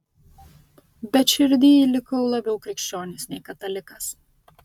bet širdyj likau labiau krikščionis nei katalikas